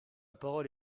parole